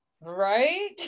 right